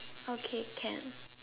okay can